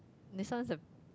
this one is a